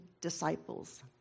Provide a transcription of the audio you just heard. disciples